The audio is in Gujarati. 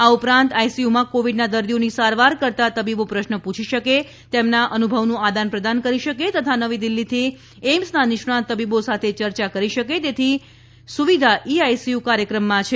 આ ઉપરાંત આઈસીયુમાં કોવિડનાં દર્દીઓની સારવાર કરતાં તબીબો પ્રશ્રો પૂછી શકે તેમનાં અનુભવનું આદાન પ્રદાન કરી શકે તથા નવી દિલ્હીથી એઈમ્સનાં નિષ્ણાંત તબીબો સાથે ચર્ચા કરી શકે તેથી સુવિધા ઈ આઈસીયુ કાર્યક્રમમાં છે